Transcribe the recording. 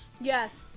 Yes